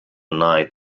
night